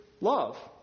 love